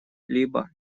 либо